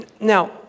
Now